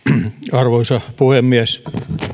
arvoisa puhemies